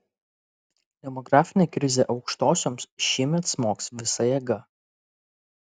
demografinė krizė aukštosioms šįmet smogs visa jėga